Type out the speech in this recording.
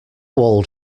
old